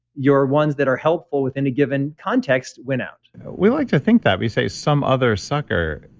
your ones that are helpful within a given context went out we'd like to think that. we say some other sucker.